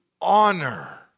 honor